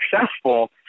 successful